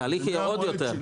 התהליך יהיה עוד יותר.